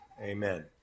amen